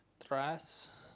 trust